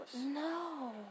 No